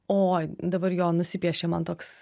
oi dabar jo nusipiešė man toks